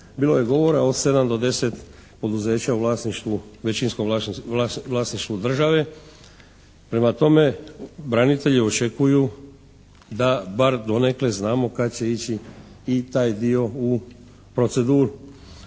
bilo je govora o 7 do 10 poduzeća u vlasništvu, većinskom vlasništvu države. Prema tome branitelji očekuju da bar donekle znamo kad će ići i taj dio u proceduru.